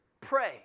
pray